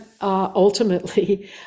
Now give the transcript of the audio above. ultimately